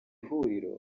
huriro